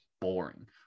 boring